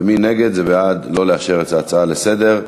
ומי נגד, זה בעד לא לאשר את ההצעה לסדר-היום.